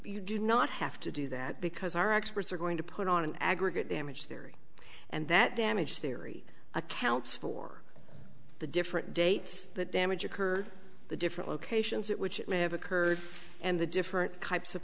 do not have to do that because our experts are going to put on an aggregate damaged area and that damage theory accounts for the different dates that damage occurred the different locations at which it may have occurred and the different types of